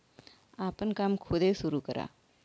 आपन काम खुदे सुरू करा